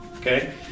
Okay